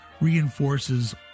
reinforces